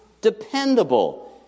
dependable